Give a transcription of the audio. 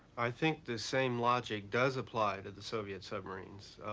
i think the same logic does apply to the soviet submarines,